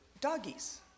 doggies